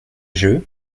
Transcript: jeu